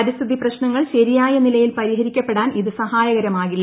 പരിസ്ഥിതി പ്രശ്നങ്ങൾ ശരിയായ നിലയിൽ പരിഹരിക്കപ്പെടാൻ ഇത് സഹായകരമാകില്ല